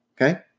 okay